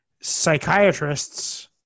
psychiatrists